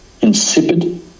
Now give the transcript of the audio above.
insipid